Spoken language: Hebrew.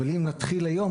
אבל אם נתחיל היום,